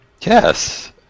Yes